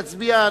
תצביע,